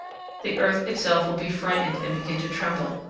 the earth itself will be frightened and begin to tremble,